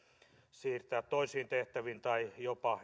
siirtää toisiin tehtäviin tai jopa